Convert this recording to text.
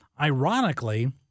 Ironically